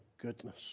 goodness